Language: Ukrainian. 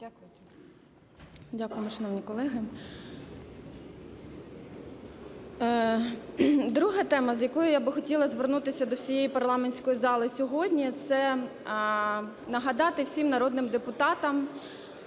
Дякую вам, шановні колеги. Друга тема, з якою я би хотіла звернутися до всієї парламентської зали сьогодні, це нагадати всім народним депутатам,